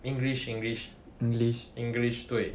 english english english english 对